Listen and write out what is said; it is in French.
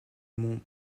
mont